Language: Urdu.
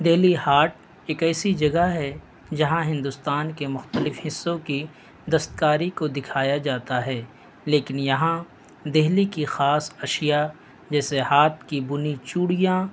دلی ہاٹ ایک ایسی جگہ ہے جہاں ہندوستان کے مختلف حصوں کی دستکاری کو دکھایا جاتا ہے لیکن یہاں دہلی کی خاص اشیاء جیسے ہاتھ کی بنی چوڑیاں